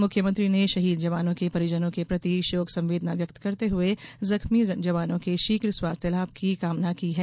मुख्यमंत्री ने शहीद जवानों के परिजनों के प्रति शोक संवेदना व्यक्त करते हुए जख्मी जवानों के शीघ स्वास्थ्य लाभ की कामना की है